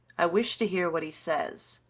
i wish to hear what he says.